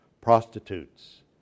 Prostitutes